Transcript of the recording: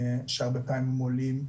שהרבה פעמים עולים,